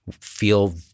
feel